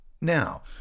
Now